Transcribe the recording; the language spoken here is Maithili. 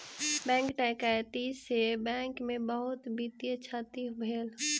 बैंक डकैती से बैंक के बहुत वित्तीय क्षति भेल